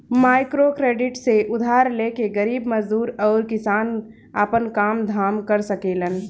microcredit से उधार लेके गरीब मजदूर अउरी किसान आपन काम धाम कर सकेलन